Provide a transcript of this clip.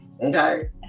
Okay